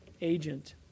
agent